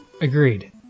Agreed